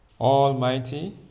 almighty